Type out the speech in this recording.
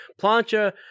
plancha